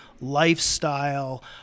lifestyle